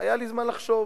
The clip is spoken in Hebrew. היה לי זמן לחשוב,